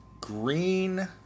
green